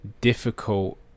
difficult